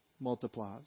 multiplies